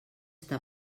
està